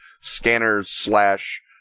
scanners-slash-